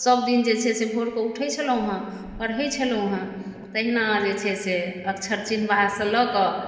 सभ दिन जे छै से भोरके उठै छलहुँ पढ़ै छलहुँ हैं तहिना जे छै से अक्षर चिन्हवासँ लअ कऽ